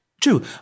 True